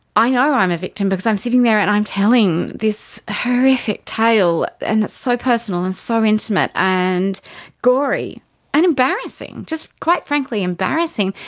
i know i'm a victim because i'm sitting there and i'm telling this horrific tale and it's so personal and so intimate and gory and embarrassing, just quite frankly embarrassing.